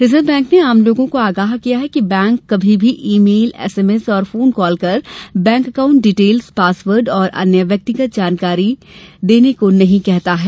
reserve bank ने आम लोगों को आगाह किया है कि बैंक कभी भी ई मेल एसएमएस और फोन कॉल कर बैंक अकाउण्ट डिटेल्स पासवर्ड और अन्य व्यक्तिगत जानकारी देने को नहीं कहता है